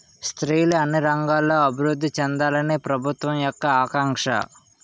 స్త్రీలు అన్ని రంగాల్లో అభివృద్ధి చెందాలని ప్రభుత్వం యొక్క ఆకాంక్ష